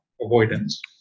avoidance